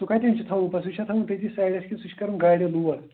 سُہ کَتٮ۪ن چھُ تھاوُن پَتہٕ سُہ چھا تھاوُن تٔتی سایڈَس کِنہٕ سُہ چھُ کَرُن گاڑِ لوڈ